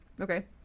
okay